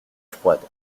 froide